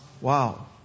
Wow